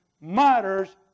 matters